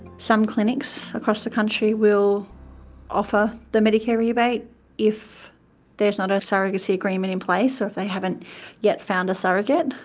some clinics across the country will offer the medicare rebate if there's not a surrogacy agreement in place or if they haven't yet found a surrogate,